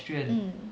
mm